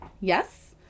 Yes